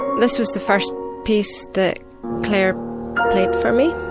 this was the first piece that clare played for me.